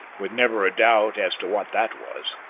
with never a doubt as to what that was.